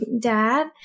dad